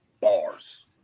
Bars